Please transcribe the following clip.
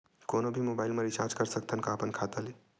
कोनो भी मोबाइल मा रिचार्ज कर सकथव का अपन खाता ले?